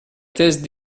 thèse